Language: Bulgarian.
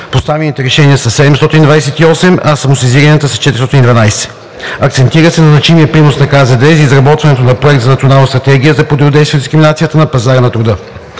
Постановените решения са 728, а самосезиранията са 412. Акцентира се на значимия принос на КЗД за изработването на проект за Национална стратегия за противодействие на дискриминацията на пазара на труда.